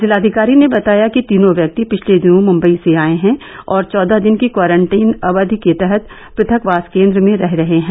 जिलाधिकारी ने बताया कि तीनों व्यक्ति पिछले दिनों मुम्बई से आए हैं और चौदह दिन की क्वारंटीन अवधि के तहत पृथक वास केंद्र में रह रहे हैं